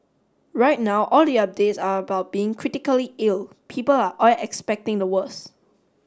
right now all the updates about being critically ill people are all expecting the worse